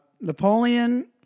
Napoleon